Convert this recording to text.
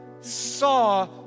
saw